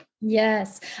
Yes